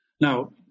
Now